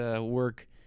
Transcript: work